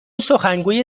سخنگوی